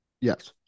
Yes